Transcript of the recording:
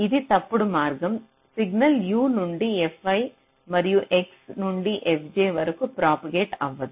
ఇది తప్పుడు మార్గం సిగ్నల్ u నుండి fi మరియు x నుండి fj వరకు ప్రాపగేట్ అవ్వదు